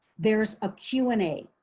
there's a q and a.